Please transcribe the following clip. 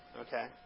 Okay